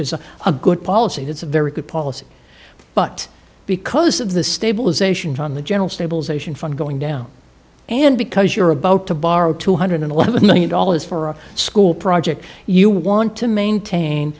is a good policy it's a very good policy but because of the stabilization from the general stabilization fund going down and because you're about to borrow two hundred eleven million dollars for a school project you want to maintain